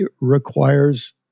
requires